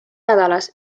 nädalas